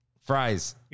Fries